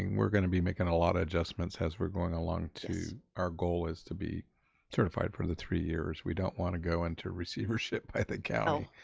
we're gonna be making a lot of adjustments as we're going along, too. our goal is to be certified for the three years. we don't wanna go into receivership by the county.